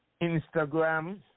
Instagram